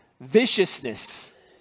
viciousness